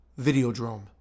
Videodrome